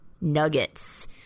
Nuggets